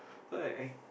so I act